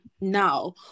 now